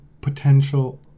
potential